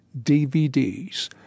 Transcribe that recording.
DVDs